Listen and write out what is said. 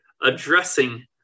addressing